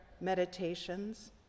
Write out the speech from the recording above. meditations